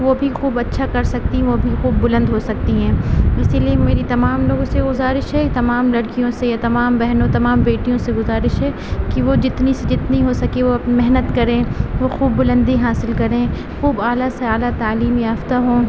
وہ بھی خوب اچھا کر سکتی ہیں وہ بھی خوب بلند ہو سکتی ہیں اسی لیے میری تمام لوگوں سے گزارش ہے تمام لڑکیوں سے تمام بہنوں سے اور تمام بیٹیوں سے گزارش ہے کہ وہ جتنی سے جتنی ہو سکے وہ محنت کریں وہ خوب بلندی حاصل کریں خوب اعلیٰ سے اعلیٰ تعلیم یافتہ ہوں